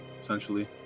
essentially